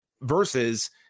Versus